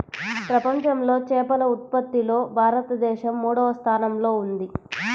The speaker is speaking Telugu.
ప్రపంచంలో చేపల ఉత్పత్తిలో భారతదేశం మూడవ స్థానంలో ఉంది